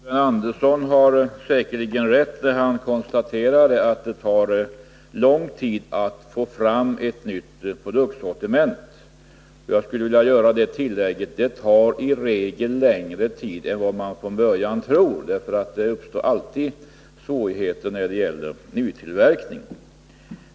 Fru talman! Herr Andersson har säkerligen rätt när han konstaterar att det tar lång tid att få fram ett nytt produktsortiment. Jag skulle vilja göra det tillägget att det i regel tar längre tid än vad man från början tror. Det uppstår alltid svårigheter när det gäller nytillverkning.